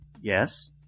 Yes